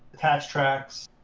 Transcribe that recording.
attach tracks,